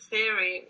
Theory